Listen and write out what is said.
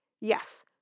Yes